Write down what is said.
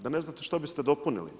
Da ne znate što biste dopunili.